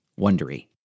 Wondery